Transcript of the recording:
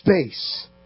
space